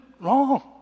wrong